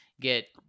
get